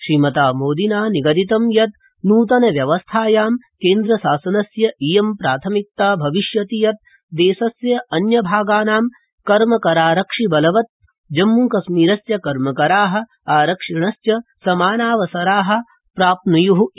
श्रीमता मोदिना निगदितं यत् नूतन व्यवस्थायां केन्द्र शासनस्य ञि प्राथमिकता भविष्यति यत् देशस्य अन्य भागानां कर्मकरारक्षिबलवत् जम्मूकश्मीरस्य कर्मकरा आरक्षिणश्व समानावसरा प्राप्नुयुरिति